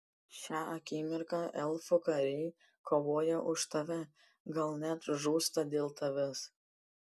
šią akimirką elfų kariai kovoja už tave gal net žūsta dėl tavęs